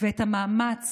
ואת המאמץ